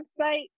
website